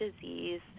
disease